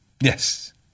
Yes